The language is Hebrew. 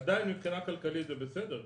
עדיין מבחינה כלכלית זה בסדר,